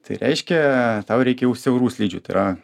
tai reiškia tau reikia jau siaurų slidžių ti ra